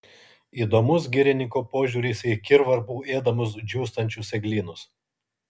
įdomus girininko požiūris į kirvarpų ėdamus džiūstančius eglynus